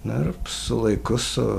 na ir su laiku su